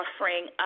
offering